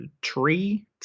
tree